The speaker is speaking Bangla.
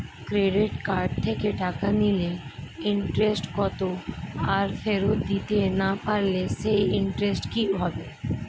ক্রেডিট কার্ড থেকে টাকা নিলে ইন্টারেস্ট কত আর ফেরত দিতে না পারলে সেই ইন্টারেস্ট কি হবে?